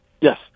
Yes